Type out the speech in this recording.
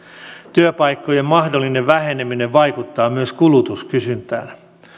työpaikkojen mahdollinen väheneminen vaikuttaa myös kulutuskysyntään